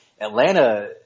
Atlanta